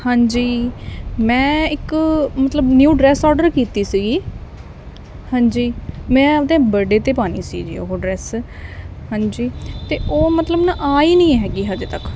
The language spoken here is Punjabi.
ਹਾਂਜੀ ਮੈਂ ਇੱਕ ਮਤਲਬ ਨਿਊ ਡ੍ਰੇਸ ਓਡਰ ਕੀਤੀ ਸੀਗੀ ਹਾਂਜੀ ਮੈਂ ਆਪਦੇ ਬਰਥਡੇ 'ਤੇ ਪਾਉਣੀ ਸੀ ਜੀ ਉਹ ਡ੍ਰੇਸ ਹਾਂਜੀ ਅਤੇ ਉਹ ਮਤਲਬ ਨਾ ਆਈ ਨਹੀਂ ਹੈਗੀ ਅਜੇ ਤੱਕ